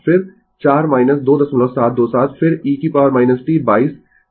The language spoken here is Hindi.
तो i t बन रहा होगा 2727 1273 e t एक 0467 लेकिन t 4 यह एम्पीयर t 4 से अधिक और बराबर के लिए ठीक है